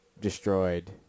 destroyed